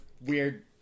weird